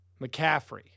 McCaffrey